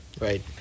Right